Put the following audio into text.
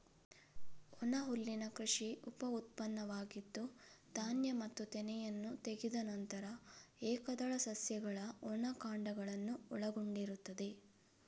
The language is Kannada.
ಒಣಹುಲ್ಲಿನ ಕೃಷಿ ಉಪ ಉತ್ಪನ್ನವಾಗಿದ್ದು, ಧಾನ್ಯ ಮತ್ತು ತೆನೆಯನ್ನು ತೆಗೆದ ನಂತರ ಏಕದಳ ಸಸ್ಯಗಳ ಒಣ ಕಾಂಡಗಳನ್ನು ಒಳಗೊಂಡಿರುತ್ತದೆ